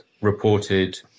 reported